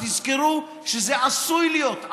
תזכרו שזה עשוי להיות,